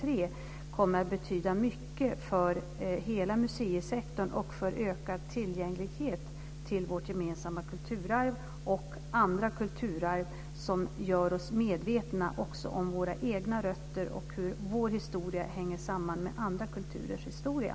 Det kommer att betyda mycket för hela museisektorn och för ökad tillgänglighet till vårt gemensamma kulturarv och andra kulturarv som gör oss medvetna om våra egna rötter och hur vår historia hänger samman med andra kulturers historia.